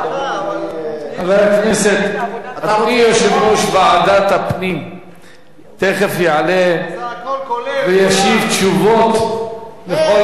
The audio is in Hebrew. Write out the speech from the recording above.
אדוני יושב-ראש ועדת הפנים תיכף יעלה וישיב תשובות לכל הדוברים.